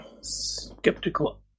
Skeptical